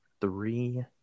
three